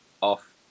off